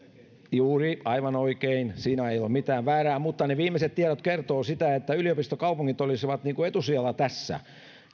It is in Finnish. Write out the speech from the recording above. juuri niin aivan oikein siinä ei ole mitään väärää mutta ne viimeiset tiedot kertovat sitä että yliopistokaupungit olisivat niin kuin etusijalla tässä